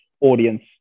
audience